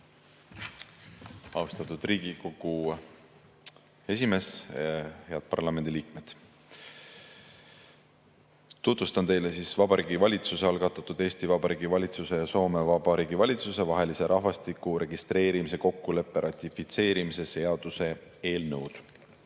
Austatud Riigikogu esimees! Head parlamendi liikmed! Tutvustan teile Vabariigi Valitsuse algatatud Eesti Vabariigi valitsuse ja Soome Vabariigi valitsuse vahelise rahvastiku registreerimise kokkuleppe ratifitseerimise seaduse eelnõu.